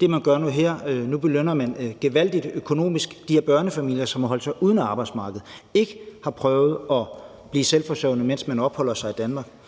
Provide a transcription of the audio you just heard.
Det, man gør nu her, er, at man økonomisk gevaldigt belønner de her børnefamilier, som har holdt sig uden for arbejdsmarkedet, som ikke har prøvet at blive selvforsørgende, mens de opholder sig i Danmark.